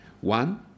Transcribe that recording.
One